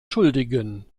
schuldigen